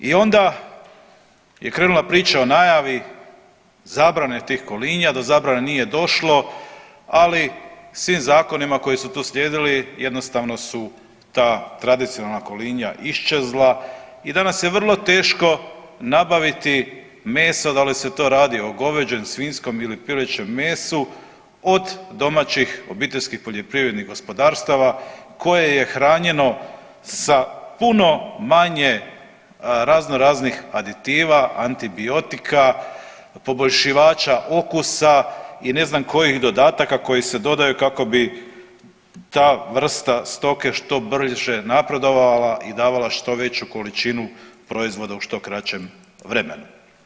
I onda je krenula priča o najavi tih kolinja, do zabrane nije došlo ali svim zakonima koji su tu slijedili jednostavno su tradicionalna kolinja iščezli i danas je vrlo teško nabaviti meso da li se to radi o goveđem, svinjskom ili pilećem mesu od domaćih obiteljskih poljoprivrednih gospodarstava koje je hranjeno sa puno manje razno raznih aditiva, antibiotika, poboljšivača okusa i ne znam kojih dodataka koji se dodaju kako bi ta vrsta stoke što brže napredovala i davala što veću količinu proizvoda u što kraćem vremenu.